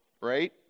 right